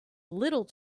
little